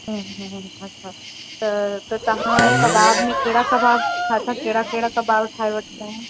अच्छा त त तव्हां कबाब में कहिड़ा कबाब छा छा कहिड़ा कहिड़ा कबाब ठाहे वठंदा आहियो